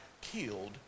killed